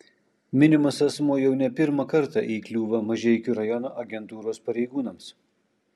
minimas asmuo jau ne pirmą kartą įkliūva mažeikių rajono agentūros pareigūnams